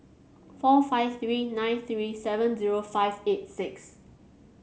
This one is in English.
four five three nine three seven zero five eight six